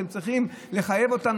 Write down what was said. אתם צריכים לחייב אותנו,